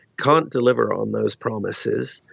can't deliver on those promises.